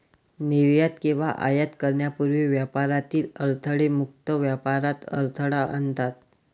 निर्यात किंवा आयात करण्यापूर्वी व्यापारातील अडथळे मुक्त व्यापारात अडथळा आणतात